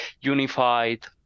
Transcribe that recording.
unified